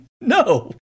No